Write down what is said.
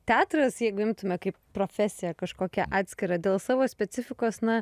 teatras jeigu imtume kaip profesiją kažkokią atskirą dėl savo specifikos na